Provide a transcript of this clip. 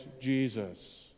Jesus